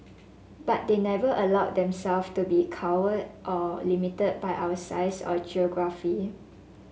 but they never allowed themselves to be cowed or limited by our size or geography